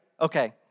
Okay